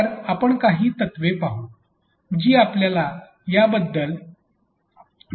तर आपण फक्त काही तत्वे पाहू जी आपल्याला त्याबद्दल माहितीपूर्वक निर्णय घेण्यास मदत करतील